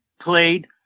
played